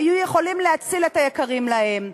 היו יכולים להציל את היקרים להם.